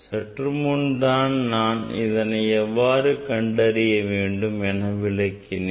சற்று முன் தான் நான் இதனை எவ்வாறு கண்டறிய வேண்டும் என்று விளக்கினேன்